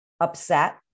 upset